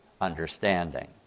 understanding